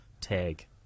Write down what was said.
tag